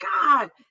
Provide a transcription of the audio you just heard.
God